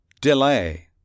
delay